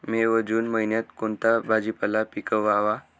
मे व जून महिन्यात कोणता भाजीपाला पिकवावा?